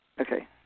Okay